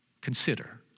consider